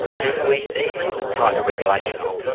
do we need tighter regulation?